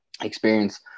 experience